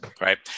right